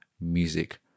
music